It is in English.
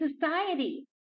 society